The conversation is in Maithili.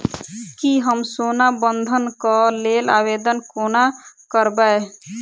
की हम सोना बंधन कऽ लेल आवेदन कोना करबै?